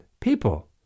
people